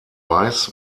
weiß